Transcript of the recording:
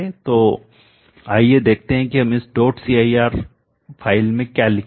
तो आइए देखते हैं कि हम इस डॉट cir फ़ाइल में क्या लिखेंगे